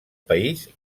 país